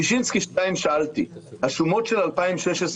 ששינסקי 2 שאלתי השומות של 2017-2016,